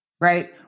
Right